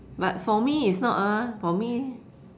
but for me it's not ah for me